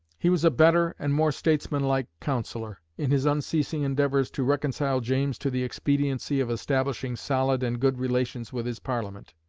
he was a better and more statesmanlike counsellor, in his unceasing endeavours to reconcile james to the expediency of establishing solid and good relations with his parliament,